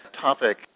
topic